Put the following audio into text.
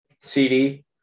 CD